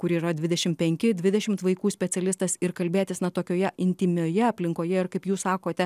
kur yra dvidešim penki dvidešimt vaikų specialistas ir kalbėtis na tokioje intymioje aplinkoje ir kaip jūs sakote